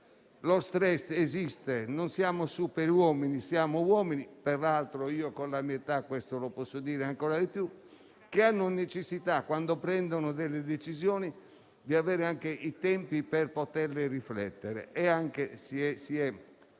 Lo *stress* esiste, non siamo superuomini, siamo uomini (peraltro, con la mia età, lo posso dire ancora di più), che hanno necessità, quando prendono delle decisioni, di avere i tempi per poter riflettere.